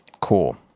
Cool